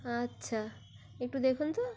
আচ্ছা একটু দেখুন তো